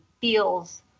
feels